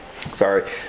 sorry